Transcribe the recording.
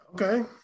Okay